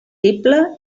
tible